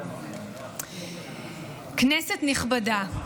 כנסת נכבדה,